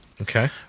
Okay